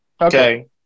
Okay